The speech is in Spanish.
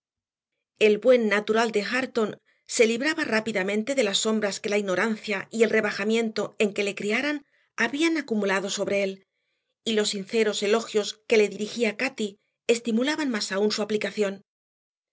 el buen natural de hareton se libraba rápidamente de las sombras que la ignorancia y el rebajamiento en que le criaran habían acumulado sobre él y los sinceros elogios que le dirigía cati estimulaban más aún su aplicación